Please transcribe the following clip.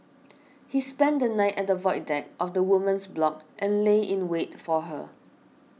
he spent the night at the void deck of the woman's block and lay in wait for her